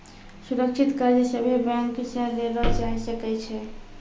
सुरक्षित कर्ज सभे बैंक से लेलो जाय सकै छै